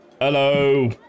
Hello